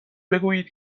بگویید